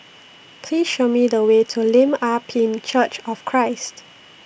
Please Show Me The Way to Lim Ah Pin Church of Christ